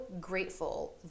grateful